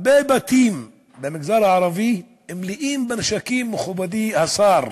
הרבה בתים במגזר הערבי מלאים בנשקים, מכובדי השר,